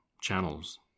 channels